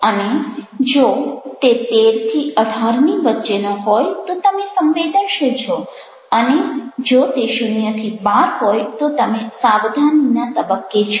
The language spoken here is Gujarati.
અને જો તે13 18 ની વચ્ચેના હોય તો તમે સંવેદનશીલ છોઅને જો તે 0 12 હોય તો તમે સાવધાનીના તબક્કે છો